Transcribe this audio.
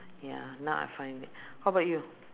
ya now I find it how about you